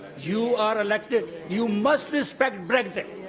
you are elected. you must respect brexit.